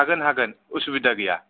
हागोन हागोन उसुबिदा गैया